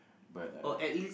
but uh